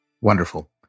Wonderful